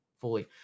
fully